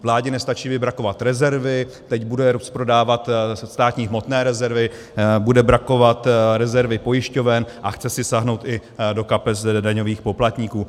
Vládě nestačí vybrakovat rezervy, teď bude rozprodávat státní hmotné rezervy, bude brakovat rezervy pojišťoven a chce si sáhnout i do kapes daňových poplatníků.